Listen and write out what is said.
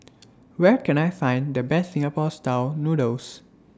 Where Can I Find The Best Singapore Style Noodles